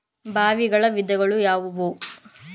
ಬಾವಿಗಳ ವಿಧಗಳು ಯಾವುವು?